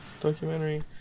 documentary